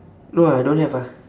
no I don't have ah